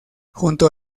junto